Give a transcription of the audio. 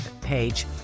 page